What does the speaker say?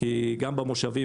כי גם במושבים,